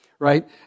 right